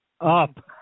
up